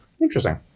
Interesting